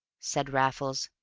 said raffles.